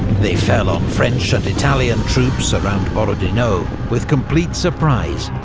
they fell on french and italian troops around borodino with complete surprise,